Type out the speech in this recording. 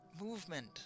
movement